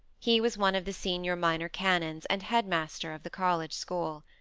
he was one of the senior minor canons, and head-master of the college school.